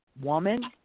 woman